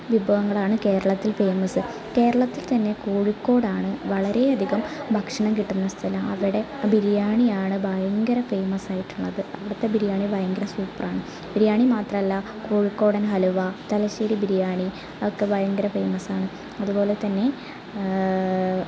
വിഭവങ്ങളാണ് കേരളത്തില് ഫേമസ് കേരളത്തില് തന്നെ കോഴിക്കോടാണ് വളരെയധികം ഭക്ഷണം കിട്ടുന്ന സ്ഥലം അവിടെ ബിരിയാണിയാണ് ഭയങ്കര ഫേമസ് ആയിട്ടുള്ളത് അവിടത്തെ ബിരിയാണി ഭയങ്കര സൂപ്പറാണ് ബിരിയാണി മാത്രല്ല കോഴിക്കോടന് ഹലുവ തലശ്ശേരി ബിരിയാണി ഒക്കെ ഭയങ്കര ഫേമസാണ് അതുപോലെതന്നെ